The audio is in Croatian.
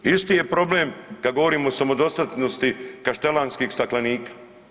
Isti je problem kad govorimo o samodostatnosti kaštelanskih staklenika.